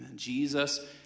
Jesus